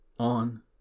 on